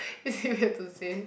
is it weird to say